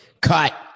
Cut